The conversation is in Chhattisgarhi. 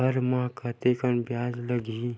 हर माह कतेकन ब्याज लगही?